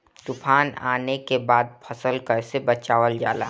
तुफान आने के बाद फसल कैसे बचावल जाला?